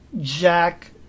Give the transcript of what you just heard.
Jack